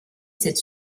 cette